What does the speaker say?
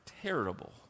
terrible